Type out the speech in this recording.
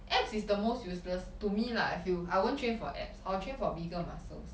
abs is the most useless to me lah I feel I won't train for abs I will train for bigger muscles